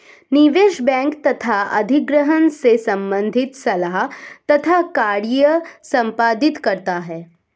निवेश बैंक तथा अधिग्रहण से संबंधित सलाह तथा कार्य संपादित करता है